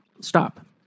stop